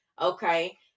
Okay